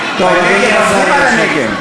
טוב, אדוני השר ימשיך.